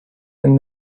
and